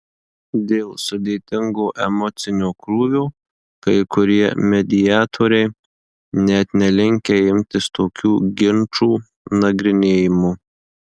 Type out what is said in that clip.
dėl sudėtingo emocinio krūvio kai kurie mediatoriai net nelinkę imtis tokių ginčų nagrinėjimo